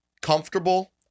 comfortable